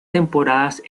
temporadas